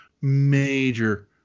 major